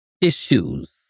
issues